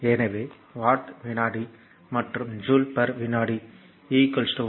எனவே வாட் வினாடி மற்றும் ஜூல் பர் விநாடி watt